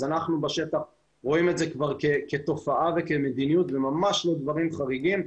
אז אנחנו בשטח רואים את זה כבר כתופעה וכמדיניות וממש לא דברים חריגים.